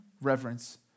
reverence